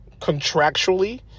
contractually